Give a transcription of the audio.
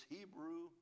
Hebrew